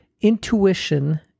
intuition